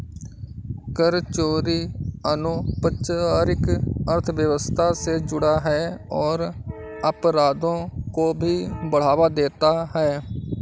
कर चोरी अनौपचारिक अर्थव्यवस्था से जुड़ा है और अपराधों को भी बढ़ावा देता है